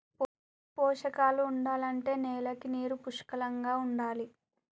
పోషకాలు ఉండాలంటే నేలకి నీరు పుష్కలంగా ఉండాలి